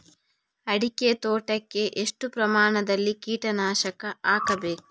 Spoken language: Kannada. ಅಡಿಕೆ ತೋಟಕ್ಕೆ ಎಷ್ಟು ಪ್ರಮಾಣದಲ್ಲಿ ಕೀಟನಾಶಕ ಹಾಕಬೇಕು?